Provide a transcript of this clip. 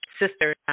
Sister